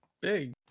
big